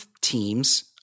teams